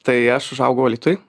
tai aš užaugau alytuj